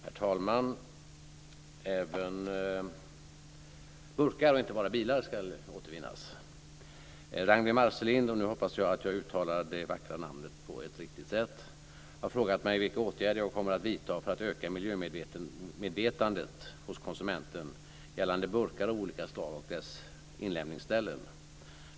Herr talman! Även burkar, inte bara bilar, ska återvinnas. Ragnwi Marcelind - nu hoppas jag att jag uttalar det vackra namnet på ett riktigt sätt - har frågat mig vilka åtgärder jag kommer att vidta för att öka miljömedvetandet hos konsumenten gällande burkar av olika slag och deras inlämningsställen.